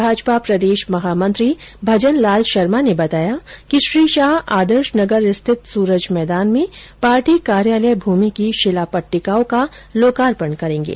भाजपा प्रदेश महामंत्री भजनलाल शर्मा ने बताया कि श्री शाह आदर्श नगर स्थित सूरज मैदान में पार्टी कार्यालय भूमि की शिला पटिटकाओं का लोकार्पण करेंगे